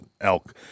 elk